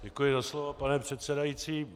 Děkuji za slovo, pane předsedající.